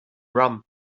rum